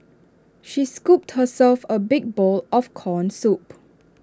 she scooped herself A big bowl of Corn Soup